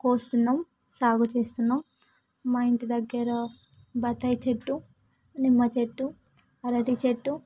కోస్తున్నాం సాగు చేస్తున్నాం మా ఇంటిదగ్గర బత్తాయి చెట్టు నిమ్మ చెట్టు అరటి చెట్టు